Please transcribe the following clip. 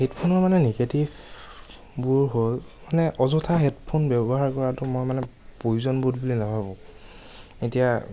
হেডফোনৰ মানে নিগেটিভবোৰ হ'ল মানে অযথা হেডফোন ব্যৱহাৰ কৰাতো মই মানে প্ৰয়োজনবোধ বুলি নাভাবোঁ এতিয়া